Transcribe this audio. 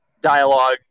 dialogue